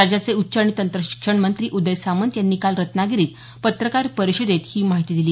राज्याचे उच्च आणि तंत्रशिक्षण मंत्री उदय सामंत यांनी काल रत्नागिरीत पत्रकार परिषदेत ही माहिती दिली